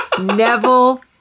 neville